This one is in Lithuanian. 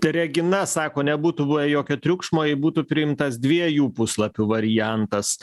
regina sako nebūtų buvę jokio triukšmo jei būtų priimtas dviejų puslapių variantas